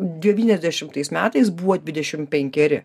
devyniasdešimtais metais buvo dvidešim penkeri